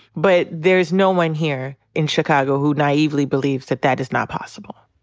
but there's no one here in chicago who naively believes that that is not possible.